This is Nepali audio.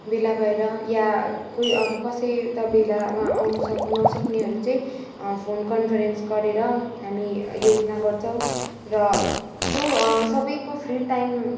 भेला भएर या कोही अब कसै त भेलामा आउनु सक नसक्नेहरू चाहिँ फोन कन्फेरेन्स गरेर हामी योजना गर्छौँ र जो सबैको फ्रि टाइम